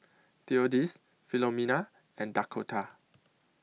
Theodis Filomena and Dakotah